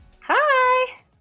Hi